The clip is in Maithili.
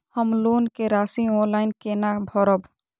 हम लोन के राशि ऑनलाइन केना भरब?